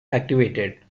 activated